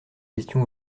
question